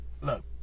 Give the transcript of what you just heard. look